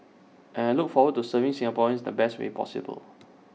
and look forward to serving Singaporeans in the best way possible